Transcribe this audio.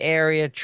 area